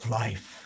life